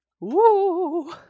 Woo